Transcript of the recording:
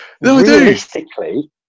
realistically